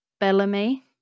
Bellamy